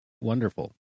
wonderful